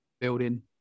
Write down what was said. building